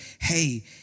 hey